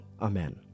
Amen